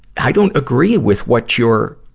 i don't agree with what your,